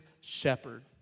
shepherd